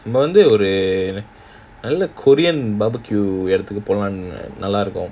நாம வந்து ஒரு:naama vandhu oru korean barbecue இடத்துக்கு போனா நல்ல இருக்கும்:idathukku ponaa nalla irukkum